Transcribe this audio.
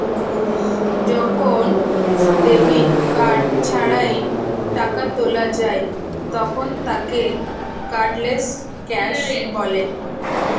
যখন debit card ছাড়াই টাকা তোলা যায় তখন তাকে কার্ডলেস ক্যাশ বলে